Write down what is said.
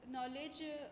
knowledge